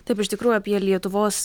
taip iš tikrųjų apie lietuvos